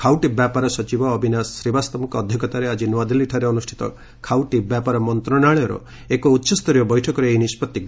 ଖାଉଟି ବ୍ୟାପାର ସଚିବ ଅବିନାଶ ଶ୍ରୀବାସ୍ତବଙ୍କ ଅଧ୍ୟକ୍ଷତାରେ ଆଜି ନୂଆଦିଲ୍ଲୀରେ ଅନୁଷ୍ଠିତ ଖାଉଟି ବ୍ୟାପାର ମନ୍ତ୍ରଣାଳୟର ଏକ ଉଚ୍ଚସ୍ତରୀୟ ବୈଠକରେ ଏହି ନିଷ୍ପଭି ନିଆଯାଇଛି